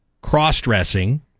cross-dressing